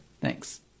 Thanks